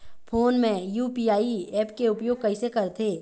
Phone मे UPI app के उपयोग कइसे करथे?